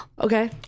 okay